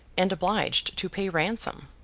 and obliged to pay ransom.